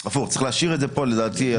צריך להשאיר את זה פה לדעתי.